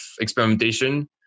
experimentation